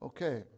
Okay